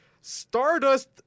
Stardust